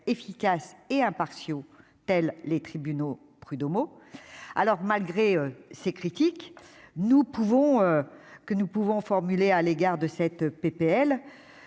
efficace et impartiaux tels les tribunaux prud'homaux alors malgré ces critiques, nous pouvons que nous pouvons formuler à l'égard de cette PPL